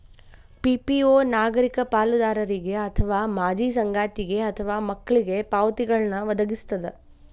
PPO ನಾಗರಿಕ ಪಾಲುದಾರರಿಗೆ ಅಥವಾ ಮಾಜಿ ಸಂಗಾತಿಗೆ ಅಥವಾ ಮಕ್ಳಿಗೆ ಪಾವತಿಗಳ್ನ್ ವದಗಿಸ್ತದ